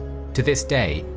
to this day,